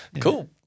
cool